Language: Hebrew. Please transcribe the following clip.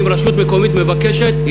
אם רשות מקומית מבקשת,